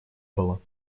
было